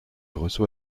reçoit